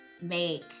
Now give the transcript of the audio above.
make